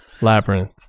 Labyrinth